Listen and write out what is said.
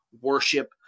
worship